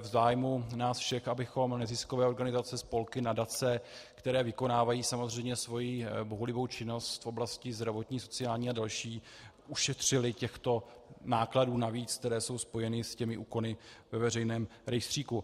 v zájmu nás všech, abychom neziskové organizace, spolky, nadace, které vykonávají svoji bohulibou činnost v oblasti zdravotní, sociální a další, ušetřili těchto nákladů navíc, které jsou spojeny s úkony ve veřejném rejstříku.